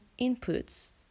inputs